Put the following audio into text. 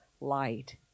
light